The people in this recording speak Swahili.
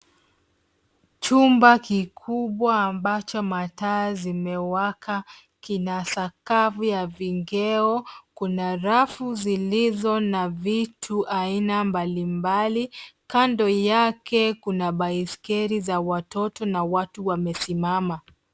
Chumba kikubwa ambacho mataa zimewaka kina sakafu ya vigae. Kuna rafu zilizo na vitu aina mbalimbali. Kando yake kuna baiskeli za watoto na watu wamesimama.